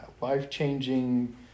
life-changing